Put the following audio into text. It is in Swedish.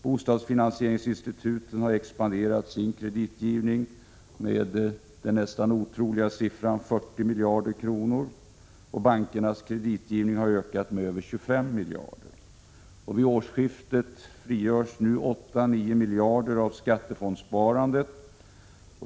Bostadsfinansieringsinstituten har expanderat sin kreditgivning med den nästan otroliga siffran 40 miljarder kronor, och bankernas kreditgivning har ökat med över 25 miljarder kronor. Vid årsskiftet frigörs 8-9 miljarder kronor av skattefondssparandet.